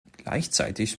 gleichzeitig